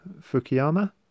fukuyama